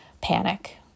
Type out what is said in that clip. panic